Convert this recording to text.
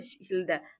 Hilda